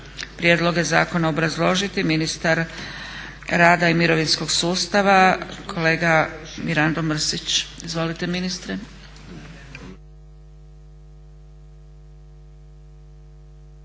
prijedloge zakona obrazložiti ministar rada i mirovinskog sustava kolega Mirando Mrsić. Izvolite ministre.